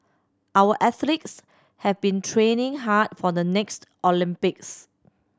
our athletes have been training hard for the next Olympics